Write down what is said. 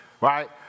right